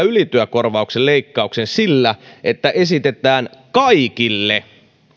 ylityökorvauksen leikkauksen sillä että esitetään kaikille